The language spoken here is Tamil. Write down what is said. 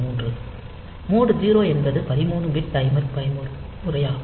மோட் 0 என்பது 13 பிட் டைமர் பயன்முறையாகும்